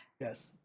Yes